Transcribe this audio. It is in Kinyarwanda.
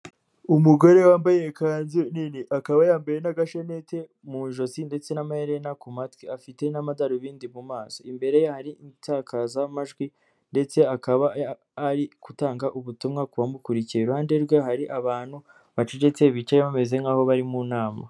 Umugore wambaye ikanzu nini, akaba yambaye n'agasheneti mu ijosi ndetse n'amaherena ku matwi afite n'amadarubindi mu maso, imbere ye hari insakazamajwi ndetse akaba ari gutanga ubutumwa ku bamukurikiye, iruhande rwe hari abantu bacecetse bicaye bameze nk'aho bari mu nama.